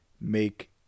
make